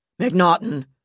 McNaughton